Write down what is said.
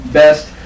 best